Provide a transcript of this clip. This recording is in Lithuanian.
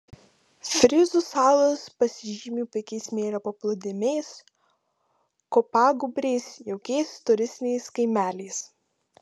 fryzų salos pasižymi puikiais smėlio paplūdimiais kopagūbriais jaukiais turistiniais kaimeliais